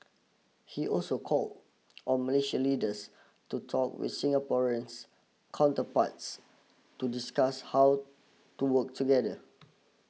he also call on Malaysian leaders to talk with Singaporeans counterparts to discuss how to work together